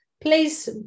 Please